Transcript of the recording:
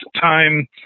time